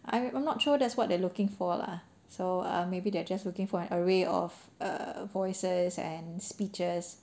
I'm I'm not sure that's what they're looking for lah so err maybe they are just looking for err an array of voices and speeches